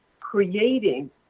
creating